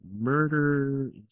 murder